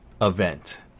event